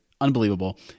unbelievable